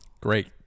great